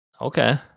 okay